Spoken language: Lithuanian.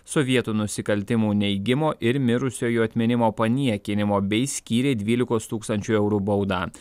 sovietų nusikaltimų neigimo ir mirusiojo atminimo paniekinimo bei skyrė dvylikos tūkstančių eurų baudą